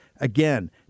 Again